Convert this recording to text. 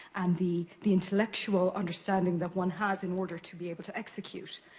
and the the intellectual understanding that one has in order to be able to execute,